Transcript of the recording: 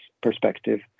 perspective